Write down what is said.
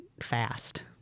fast